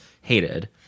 hated